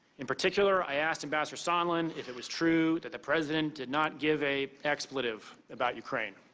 in particular, i asked ambassador sondland if it was true that the president did not give a expletive about ukraine.